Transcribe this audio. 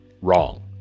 Wrong